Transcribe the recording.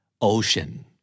Ocean